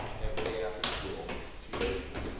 everyday after school she raised me.